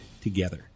together